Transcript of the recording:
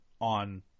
on